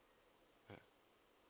mm